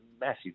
massive